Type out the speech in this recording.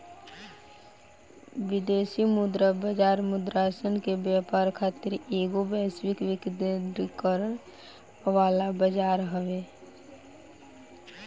विदेशी मुद्रा बाजार मुद्रासन के व्यापार खातिर एगो वैश्विक विकेंद्रीकृत वाला बजार हवे